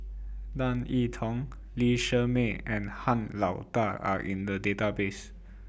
Tan I Tong Lee Shermay and Han Lao DA Are in The Database